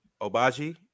Obagi